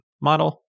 model